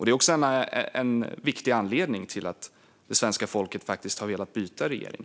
Det är också en viktig anledning till att svenska folket faktiskt har velat byta regering.